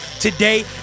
today